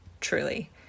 Truly